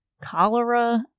cholera